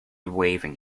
waving